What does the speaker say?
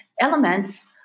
Elements